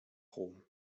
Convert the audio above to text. rom